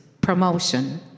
promotion